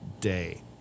day